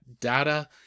data